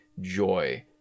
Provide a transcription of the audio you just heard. joy